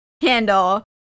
handle